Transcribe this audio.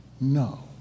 no